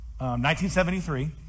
1973